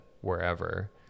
wherever